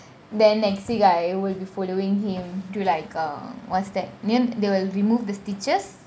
then next week I will be following him to like err what's that then they will remove the stitches